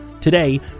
Today